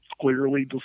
clearly